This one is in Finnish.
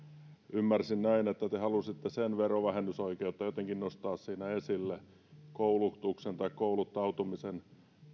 ymmärsin näin että te halusitte sen verovähennysoikeutta jotenkin nostaa siinä esille koulutuksen tai kouluttautumisen